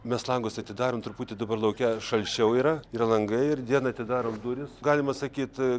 mes langus atidarom truputį dabar lauke šalčiau yra yra langai ir dieną atidarom duris galima sakyt